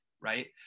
right